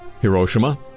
Hiroshima